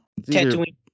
tatooine